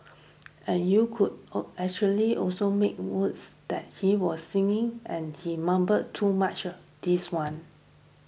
and you could actually also make words that he was singing and he mumble too much this one